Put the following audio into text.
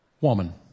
Woman